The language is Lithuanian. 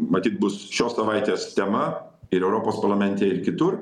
matyt bus šios savaitės tema ir europos parlamente ir kitur